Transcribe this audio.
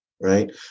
Right